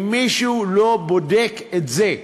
אם מישהו לא בודק את זה,